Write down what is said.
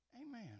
Amen